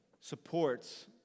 supports